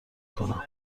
کنم